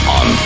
on